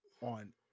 on